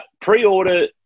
Pre-order